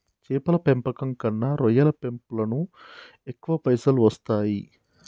చేపల పెంపకం కన్నా రొయ్యల పెంపులను ఎక్కువ పైసలు వస్తాయి